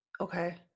Okay